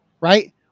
right